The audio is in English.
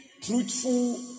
truthful